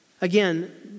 Again